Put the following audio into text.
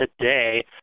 today